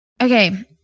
okay